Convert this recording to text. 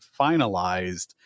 finalized